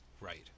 Right